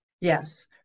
Yes